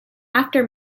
after